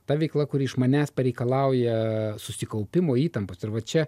ta veikla kuri iš manęs pareikalauja susikaupimo įtampos ir va čia